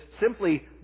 simply